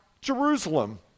Jerusalem